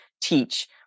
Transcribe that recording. teach